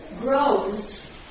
grows